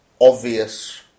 obvious